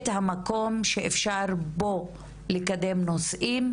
את המקום שאפשר בו לקדם נושאים,